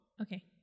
Okay